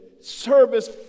service